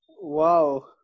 Wow